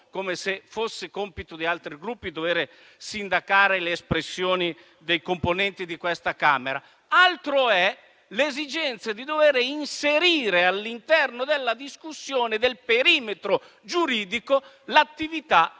come se fosse compito di altri Gruppi sindacare le espressioni dei componenti di questa Camera. Altro è l'esigenza di inserire, all'interno della discussione e del perimetro giuridico, l'attività